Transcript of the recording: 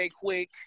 Quick